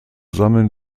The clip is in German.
sammeln